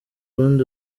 rundi